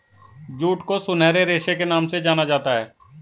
jute को सुनहरे रेशे के नाम से जाना जाता है